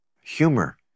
Humor